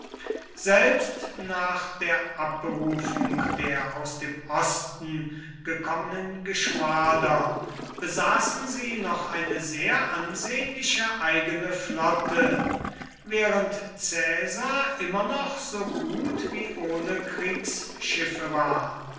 selbst nach der abberufung der aus dem osten gekommenen geschwader besaßen sie noch eine sehr ansehnliche eigene flotte während caesar immer noch so gut wie ohne kriegsschiffe war